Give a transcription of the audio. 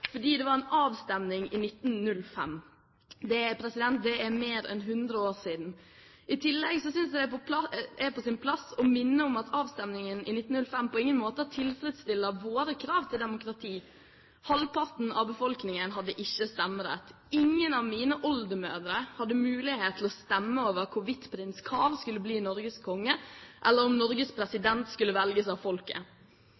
fordi det var en avstemning i 1905. Det er mer enn 100 år siden. I tillegg synes jeg det er på sin plass å minne om at avstemningen i 1905 på ingen måte tilfredsstiller våre krav til demokrati. Halvparten av befolkningen hadde ikke stemmerett. Ingen av mine oldemødre hadde mulighet til å stemme over hvorvidt prins Carl skulle bli Norges konge eller om Norges